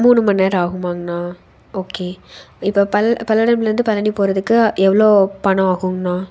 மூணு மணி நேரம் ஆகுமாங்கண்ணா ஓகே இப்போ பல் பல்லடம்ல இருந்து பழனி போகிறதுக்கு எவ்வளோ பணம் ஆகுங்கண்ணா